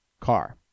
car